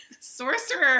Sorcerer